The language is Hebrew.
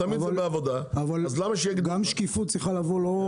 תמיד זה בעבודה, אז למה שיגידו לך?